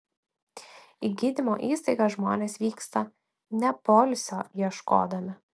į gydymo įstaigas žmonės vyksta ne poilsio ieškodami